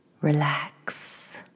Relax